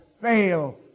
fail